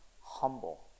humble